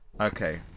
Okay